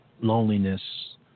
loneliness